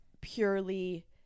purely